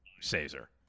Caesar